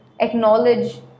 acknowledge